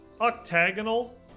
octagonal